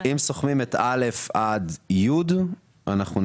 זה היה על תקציב 2022, נכון?